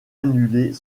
annuler